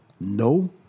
No